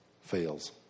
fails